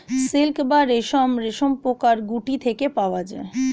silk বা রেশম রেশমপোকার গুটি থেকে পাওয়া যায়